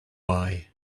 why